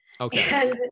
Okay